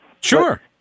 Sure